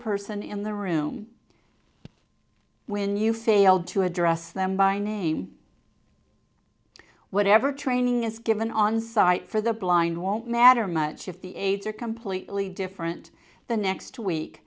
person in the room when you failed to address them by name whatever training is given on sight for the blind won't matter much if the aids are completely different the next week